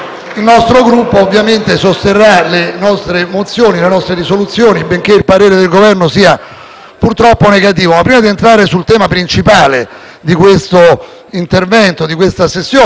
purtroppo negativo. Prima di entrare nel tema principale di questo intervento e di questa sessione - noi abbiamo chiesto con insistenza che si parlasse anche e soprattutto della Cina, che prima non era stato nemmeno prevista